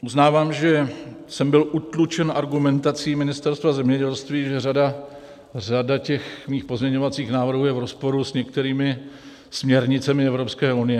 Uznávám, že jsem byl utlučen argumentací Ministerstva zemědělství, že řada mých pozměňovacích návrhů je v rozporu s některými směrnicemi Evropské unie.